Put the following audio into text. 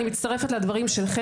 אני מצטרפת לדברים של חן,